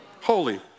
holy